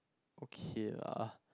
okay lah